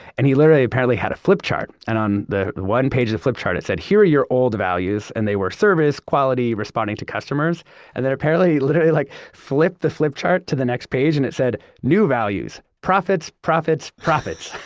and he literally apparently had a flip chart. and on the one page the flip chart it said here are your old values and they were, service, quality, responding to customers and then apparently he literally like, flipped the flip chart to the next page and it said, new values profits, profits, profits.